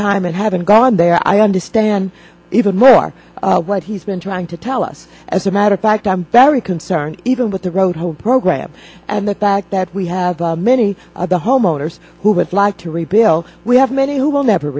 time and haven't gone there i understand even more what he's been trying to tell us as a matter of fact i'm very concerned even with the road home program and the fact that we have many of the homeowners who would like to rebuild we have many who will never